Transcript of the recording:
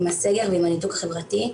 עם הסגר ועם הניתוק החברתי,